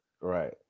Right